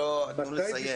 תנו לסיים.